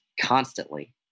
constantly